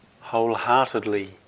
wholeheartedly